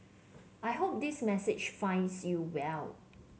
I hope this message finds you well